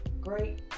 great